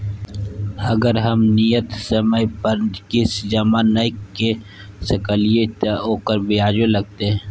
अगर हम नियत समय पर किस्त जमा नय के सकलिए त ओकर ब्याजो लगतै?